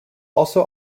also